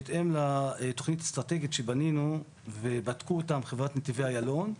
בהתאם לתוכנית אסטרטגית שבנינו ובדקו אותה חברת נתיבי איילון,